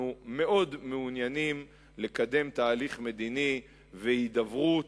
מאוד מעוניינים לקדם תהליך מדיני והידברות,